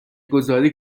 گذاری